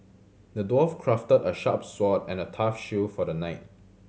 the dwarf crafted a sharp sword and a tough shield for the knight